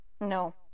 No